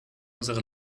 unsere